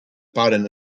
patent